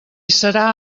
serà